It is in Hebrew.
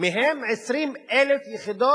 מהן 20,000 יחידות